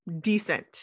decent